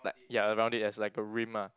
like ya around it as like a rim ah